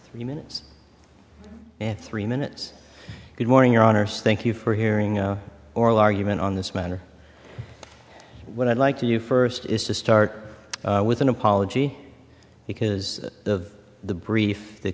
three minutes and three minutes good morning your honor stink you for hearing oral argument on this matter what i'd like to you first is to start with an apology because of the brief the